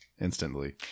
instantly